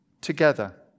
together